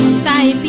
sai